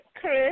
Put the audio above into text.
Chris